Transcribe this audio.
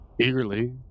Eagerly